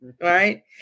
Right